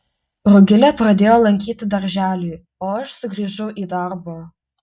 rugilė pradėjo lankyti darželį o aš sugrįžau į darbą